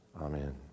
Amen